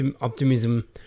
optimism